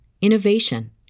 innovation